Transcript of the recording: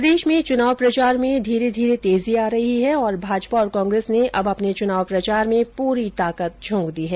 प्रदेश में चुनाव प्रचार में धीरे धीरे तेजी आ रही है और भाजपा और कांग्रेस ने अब अपने चुनाव प्रचार में प्री ताकत झोंक दी हैं